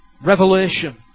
revelation